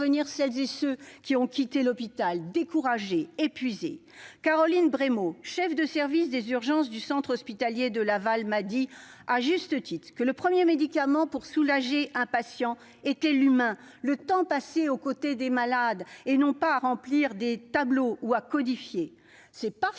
celles et ceux qui ont quitté l'hôpital découragés, épuisés ... Caroline Brémaud, cheffe de service des urgences du centre hospitalier de Laval, m'a dit, à juste titre, que le premier médicament pour soulager un patient était l'humain, le temps passé aux côtés des malades plutôt qu'à remplir des tableaux ou à codifier ! C'est parce